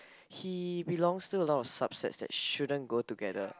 he belongs to a lot of subset that shouldn't go together